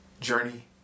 journey